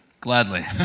Gladly